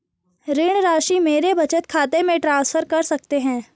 ऋण राशि मेरे बचत खाते में ट्रांसफर कर सकते हैं?